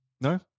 No